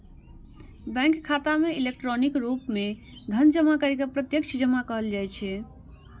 bank खाता मे electronic रूप मे धन जमा करै के प्रत्यक्ष जमा कहल जाइ छै